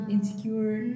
Insecure